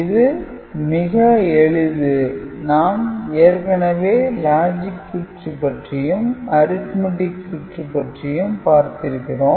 இது மிக எளிது நாம் ஏற்கனவே லாஜிக் சுற்று பற்றியும் "arithmetic" சுற்று பற்றியும் பார்த்திருக்கிறோம்